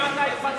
גם אתה הצבעת בעד,